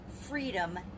freedom